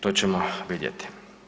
To ćemo vidjeti.